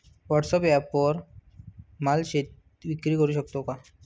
व्हॉटसॲपवर शेती माल विक्री करु शकतो का?